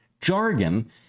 Jargon